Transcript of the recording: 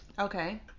Okay